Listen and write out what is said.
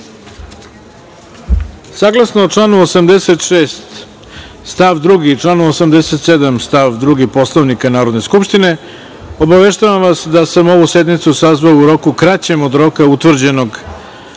članu 86. stav 2. i članu 87. stav 2. Poslovnika Narodne skupštine, obaveštavam vas da sam ovu sednicu sazvao u roku kraćem od roka utvrđenog